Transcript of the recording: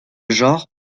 genre